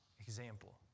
example